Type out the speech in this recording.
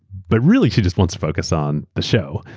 but really she just wants to focus on the show.